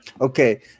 Okay